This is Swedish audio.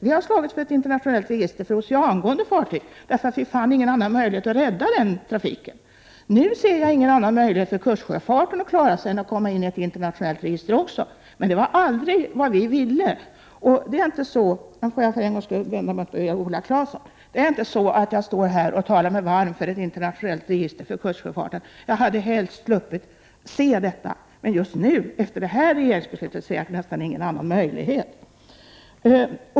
Vi har slagits för ett internationellt register för oceangående fartyg, därför att vi inte fann någon annan möjlighet att rädda den trafiken. Nu ser jag ingen annan möjlighet för kustsjöfarten att klara sig än att komma in i ett internationellt register också. Men det var aldrig vad vi ville. Får jag för en gångs skull vända mig till Viola Claesson och säga att jag inte står här och talar mig varm för ett internationellt register för kustsjöfarten. Jag hade helst velat slippa att se ett sådant. Men just nu, efter det här regeringsbeslutet, ser jag nästan ingen annan möjlighet.